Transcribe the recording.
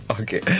Okay